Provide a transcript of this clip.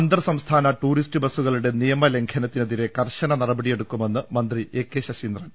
അന്തർസംസ്ഥാന ടൂറിസ്റ്റ് ബസ്സുകളുടെ നിയമലംഘനത്തി നെതിരെ കർശന നടപടിയെടുക്കുമെന്ന് മന്ത്രി എ കെ ശശീ ന്ദ്രൻ